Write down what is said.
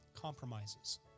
compromises